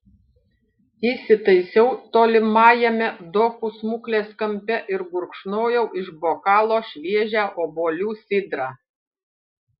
įsitaisiau tolimajame dokų smuklės kampe ir gurkšnojau iš bokalo šviežią obuolių sidrą